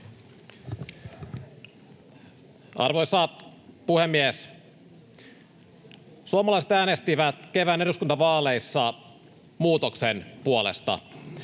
Arvoisa puhemies! Suomalaiset äänestivät kevään eduskuntavaaleissa muutoksen puolesta.